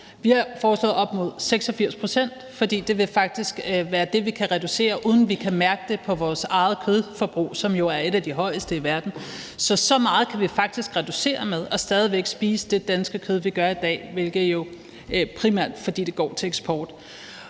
skal være med op mod 86 pct., for det vil faktisk være det, vi kan reducere med, uden at vi kan mærke det på vores eget kødforbrug, som jo er et af de højeste i verden. Så meget kan vi faktisk reducere med og stadig væk spise det danske kød, vi gør i dag, hvilket jo er, fordi det primært går til eksport.